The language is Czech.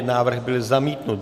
Návrh byl zamítnut.